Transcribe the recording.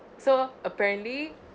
so apparently